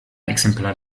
exemplar